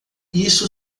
isso